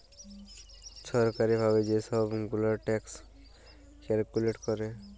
ছরকারি ভাবে যে ছব গুলা ট্যাক্স ক্যালকুলেট ক্যরে